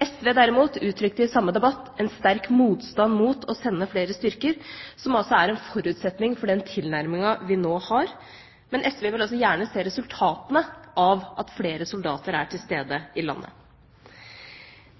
som er en forutsetning for den tilnærminga vi nå har. Men SV vil gjerne se resultatene av at flere soldater er til stede i landet.